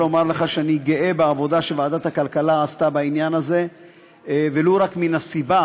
גאה על העבודה שוועדת הכלכלה עשתה בעניין הזה ולו רק מהסיבה